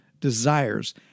desires